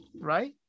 right